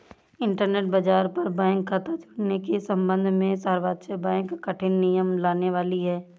internet बाज़ार पर bank खता जुड़ने के सम्बन्ध में सर्वोच्च बैंक कठिन नियम लाने वाली है